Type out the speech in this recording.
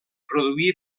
produir